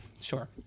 sure